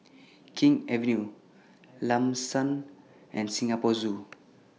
King's Avenue Lam San and Singapore Zoo